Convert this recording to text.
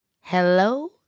Hello